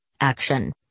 action